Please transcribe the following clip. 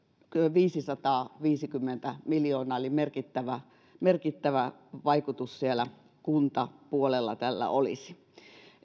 viisisataaviisikymmentä miljoonaa eli merkittävä merkittävä vaikutus kuntapuolella tällä olisi